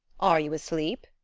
are you asleep?